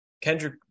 Kendrick